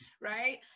right